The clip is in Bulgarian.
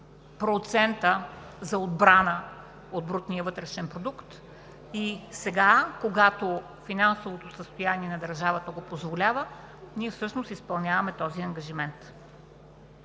процента за отбрана от брутния вътрешен продукт. Сега, когато финансовото състояние на държавата го позволява, ние всъщност изпълняваме този ангажимент.